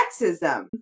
sexism